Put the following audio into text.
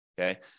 okay